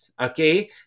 okay